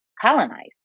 colonized